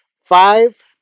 Five